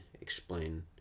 explain